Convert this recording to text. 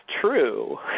true